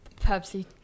Pepsi